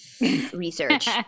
research